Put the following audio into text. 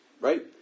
Right